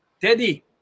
Teddy